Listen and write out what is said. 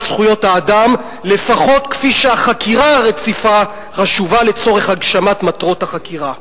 זכויות האדם לפחות כפי שהחקירה הרציפה חשובה לצורך הגשמת מטרות החקירה".